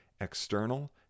external